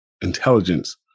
intelligence